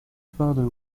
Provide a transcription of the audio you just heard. father